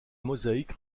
mosaïque